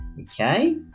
okay